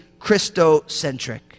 Christocentric